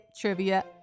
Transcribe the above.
trivia